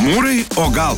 mūrai o gal